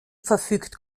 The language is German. verfügt